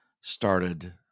started